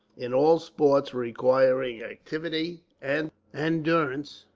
in all sports requiring activity and endurance,